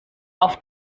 auf